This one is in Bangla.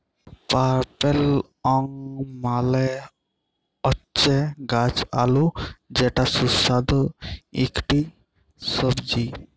পার্পেল য়ং মালে হচ্যে গাছ আলু যেটা সুস্বাদু ইকটি সবজি